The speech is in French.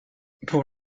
pour